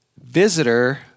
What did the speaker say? visitor